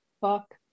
Fuck